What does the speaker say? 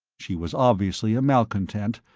she was obviously a malcontent,